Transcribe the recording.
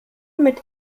mit